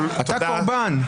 אתה קורבן...